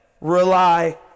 rely